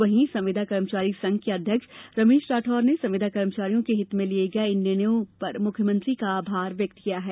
वहीं संविदा कर्मचारी संघ के अध्यक्ष रमेश राठौर ने संविदाकर्मियों के हित में लिये गये इन निर्णयों पर मुख्यमंत्री का आभार व्यक्त किया है